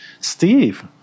Steve